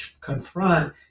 confront